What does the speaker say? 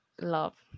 love